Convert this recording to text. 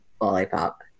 lollipop